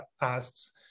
asks